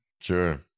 Sure